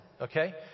Okay